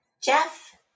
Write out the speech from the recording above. jeff